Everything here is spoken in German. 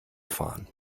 fahren